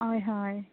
हय हय